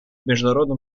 международном